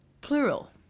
plural